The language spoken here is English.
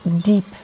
deep